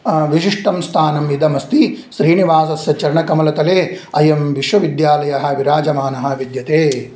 विशिष्टं स्थानमिदमस्ति श्रीनिवासस्य चरणकमलतले अयं विश्वविद्यालयः विराजमानः विद्यते